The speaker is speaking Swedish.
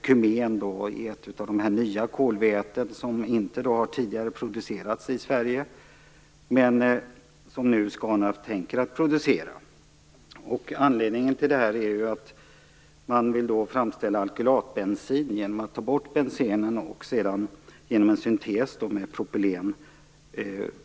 Kumen är ett av de nya kolväten som inte tidigare har producerats i Sverige, men som Scanraff nu tänker producera. Anledningen är att man vill framställa alkylatbensin genom att ta bort bensenen och sedan genom en syntes med propylen